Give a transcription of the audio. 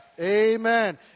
Amen